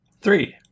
Three